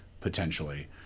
potentially